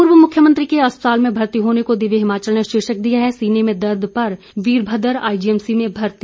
पूर्व मुख्यमंत्री के अस्पताल में भर्ती होने को दिव्य हिमाचल ने शीर्षक दिया है सीने में दर्द पर वीरभद्र आईजीएमसी में भर्ती